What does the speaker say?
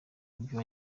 ibyo